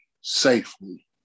safely